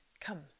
Come